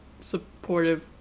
supportive